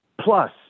plus